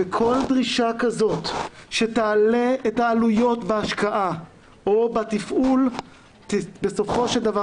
וכל דרישה כזאת שתעלה את העלויות בהשקעה או בתפעול בסופו של דבר